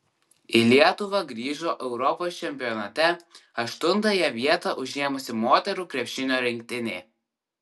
į lietuvą grįžo europos čempionate aštuntąją vietą užėmusi moterų krepšinio rinktinė